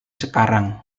sekarang